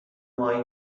ماهی